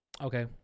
Okay